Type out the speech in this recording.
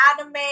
anime